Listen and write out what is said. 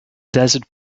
desert